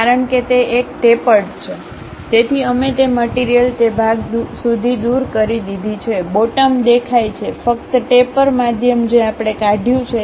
કારણ કે તે એક ટેપર્ડ છે તેથી અમે તે મટીરીયલ તે ભાગ સુધી દૂર કરી દીધી છે બોટમ દેખાય છે ફક્ત ટેપર મધ્યમ જે આપણે કાઢ્યું છે